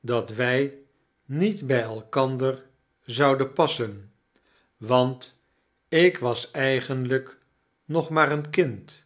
dat wij niet bij elkandej zouden pas sen want ik was edgenlijk nog maar een kind